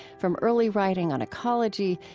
from early writing on ecology,